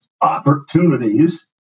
opportunities